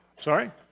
sorry